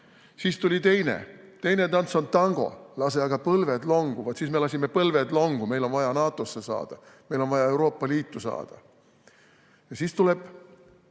Siis tuleb teine rida: "Teine tants on tango, lase aga põlved longu." Vaat siis me lasime põlved longu, meil oli vaja NATO‑sse saada, meil oli vaja Euroopa Liitu saada. Siis tuleb